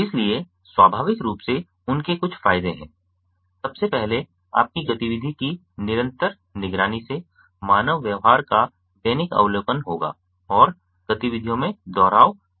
इसलिए स्वाभाविक रूप से उनके कुछ फायदे हैं सबसे पहले आपकी गतिविधि की निरंतर निगरानी से मानव व्यवहार का दैनिक अवलोकन होगा और गतिविधियों में दोहराव पैटर्न होगा